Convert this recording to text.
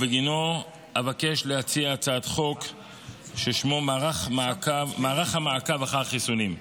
ובגינו אבקש להציע הצעת חוק ששמה מערך המעקב אחר חיסונים.